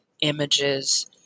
images